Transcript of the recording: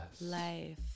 Life